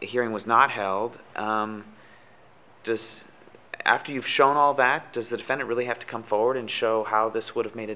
hearing was not held just after you've shown all that does the defender really have to come forward and show how this would have